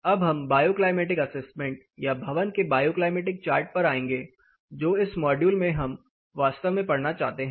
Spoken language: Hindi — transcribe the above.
अब हम बायोक्लाइमेटिक एसेसमेंट या भवन के बायोक्लाइमेटिक चार्ट पर आएंगे जो इस मॉड्यूल में हम वास्तव में पढ़ना चाहते हैं